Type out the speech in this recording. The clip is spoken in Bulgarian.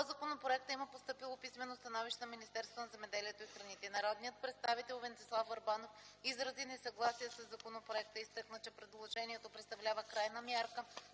законопроекта има постъпило писмено становище на Министерството на земеделието и храните. Народният представител Венцислав Върбанов изрази несъгласие със законопроекта и изтъкна, че предложението представлява крайна мярка,